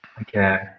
Okay